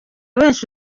benshi